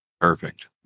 Perfect